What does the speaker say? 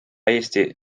eesti